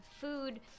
food